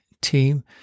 team